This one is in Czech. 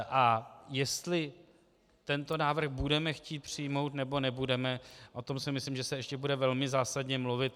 A jestli tento návrh budeme chtít přijmout, nebo nebudeme, o tom si myslím, že se ještě bude velmi zásadně mluvit.